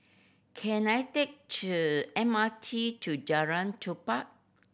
can I take the M R T to Jalan Tupai